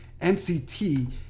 mct